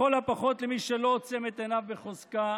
לכל הפחות למי שלא עוצם את עיניו בחוזקה,